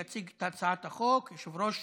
יציג את הצעת החוק יושב-ראש